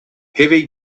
heavy